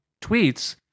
tweets